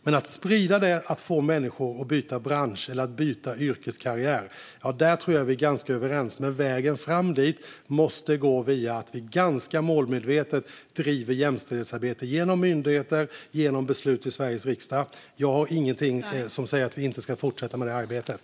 När det gäller att få människor att byta bransch eller att byta yrkeskarriär tror jag att vi är ganska överens, men vägen fram dit måste gå via att vi ganska målmedvetet driver jämställdhetsarbete genom myndigheter och genom beslut i Sveriges riksdag. Jag ser ingenting som talar för att vi inte ska fortsätta med det arbetet.